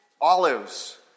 olives